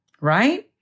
Right